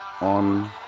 on